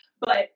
But-